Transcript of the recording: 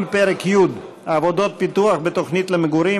פרק י' (עבודות פיתוח בתוכנית למגורים)